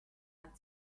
had